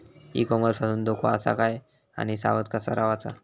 E commerce पासून धोको आसा काय आणि सावध कसा रवाचा?